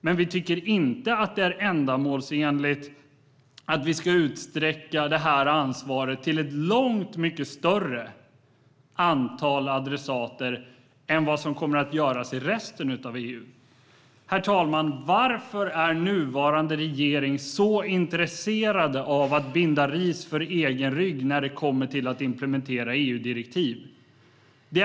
Men vi tycker inte att det är ändamålsenligt att utsträcka det här ansvaret till ett långt mycket större antal adressater än vad man kommer att göra i resten av EU. Herr talman! Varför är nuvarande regering så intresserad av att binda ris åt egen rygg när det gäller att implementera EU-direktiv?